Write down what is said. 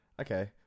Okay